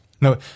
no